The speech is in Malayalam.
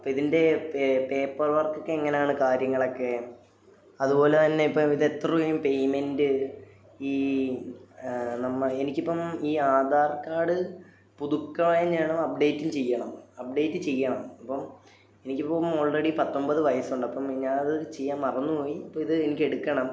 അപ്പം അതിൻ്റെ പേപ്പർ വർക്കൊക്കെ എങ്ങനെ ആണ് കാര്യങ്ങൾ ഒക്കെ അതുപോലെ തന്നെ ഇപ്പം ഇത് എത്ര വരും പേയ്മെൻ്റ് ഈ നമ്മൾ എനിക്കിപ്പം ഈ ആധാർ കാർഡ് പുതുക്കാനാണോ അപ്ഡേറ്റും ചെയ്യണം അപ്ഡേറ്റ് ചെയ്യണം ഇപ്പം എനിക്കിപ്പം ഓൾറെഡി പത്തൊമ്പത് വയസ്സുണ്ട് അപ്പം ഞാനത് ചെയ്യാൻ മറന്ന് പോയി അപ്പം ഇത് എനിക്കെടുക്കണം